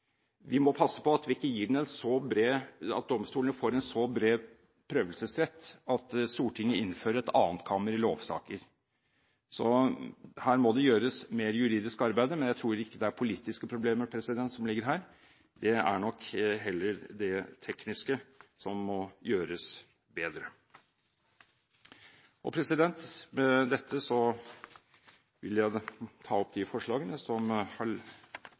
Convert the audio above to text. Vi må passe på at domstolene ikke får en så bred prøvelsesrett at Stortinget innfører et annetkammer i lovsaker. Så her må det gjøres mer juridisk arbeid. Men jeg tror ikke det er politiske problemer som ligger her, det er nok heller det tekniske som må gjøres bedre. Med dette vil jeg ta opp Høyres forslag i innstillingen. Representanten Michael Tetzschner har tatt opp de forslagene